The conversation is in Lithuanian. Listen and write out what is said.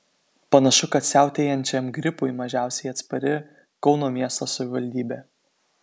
panašu kad siautėjančiam gripui mažiausiai atspari kauno miesto savivaldybė